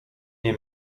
nie